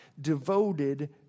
devoted